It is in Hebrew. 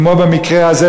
כמו במקרה הזה,